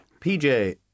PJ